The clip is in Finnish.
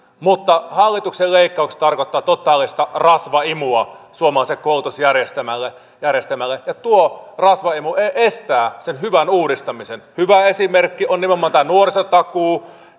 mutta hallituksen leikkaukset tarkoittavat totaalista rasvaimua suomalaiselle koulutusjärjestelmälle ja tuo rasvaimu estää sen hyvän uudistamisen hyvä esimerkki on nimenomaan tämä nuorisotakuu